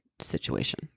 situation